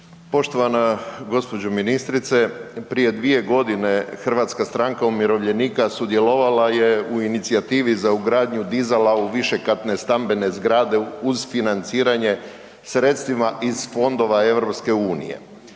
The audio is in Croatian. Poštovana gđo. ministrice, prije 2.g. HSU sudjelovala je u inicijativi za ugradnju dizala u višekatne stambene zgrade uz financiranje sredstvima iz Fondova EU.